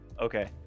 Okay